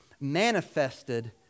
manifested